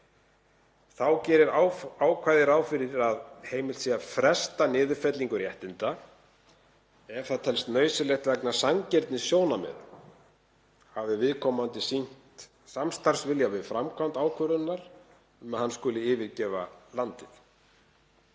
Þá gerir ákvæðið ráð fyrir að heimilt sé að fresta niðurfellingu réttinda ef það telst nauðsynlegt vegna sanngirnissjónarmiða, hafi viðkomandi sýnt samstarfsvilja við framkvæmd ákvörðunar um að hann skuli yfirgefa landið.